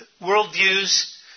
worldviews